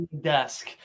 desk